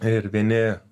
ir vieni